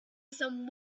some